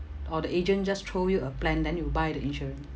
or the agent just throw you a plan then you buy the insurance